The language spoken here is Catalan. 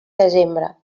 desembre